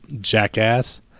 Jackass